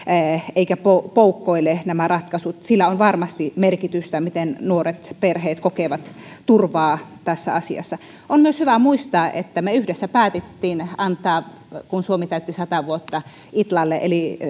eivätkä nämä ratkaisut poukkoile sillä on varmasti merkitystä miten nuoret perheet kokevat turvaa tässä asiassa on myös hyvä muistaa että me yhdessä päätimme antaa kun suomi täytti sata vuotta itlalle